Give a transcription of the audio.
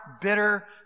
bitter